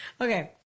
Okay